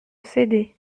cédait